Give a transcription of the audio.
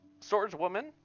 swordswoman